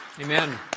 amen